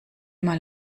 mal